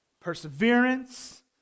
perseverance